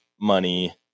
money